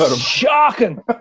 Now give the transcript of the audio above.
shocking